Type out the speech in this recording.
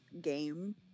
game